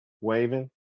waving